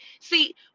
See